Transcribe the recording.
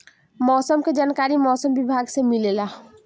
मौसम के जानकारी मौसम विभाग से मिलेला?